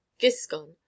giscon